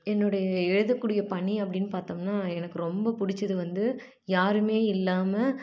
என்னுடைய எழுதக்கூடிய பணி அப்படின்னு பார்த்தம்னா எனக்கு ரொம்ப பிடிச்சது வந்து யாருமே இல்லாமல்